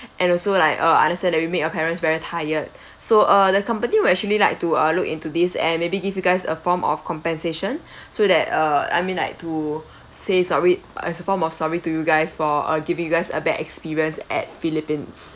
and also like err I understand that we make your parents very tired so uh the company will actually like to uh look into these and maybe give you guys a form of compensation so that uh I mean like to says sorry as a form of sorry to you guys for err giving you guys a bad experience at philippines